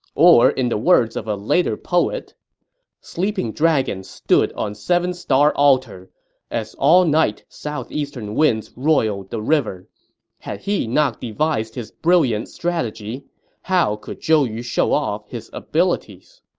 or, in the words of a later poet sleeping dragon stood on seven star altar as all night southeastern winds roiled the river had he not devised his brilliant strategy how could zhou yu show off his abilities?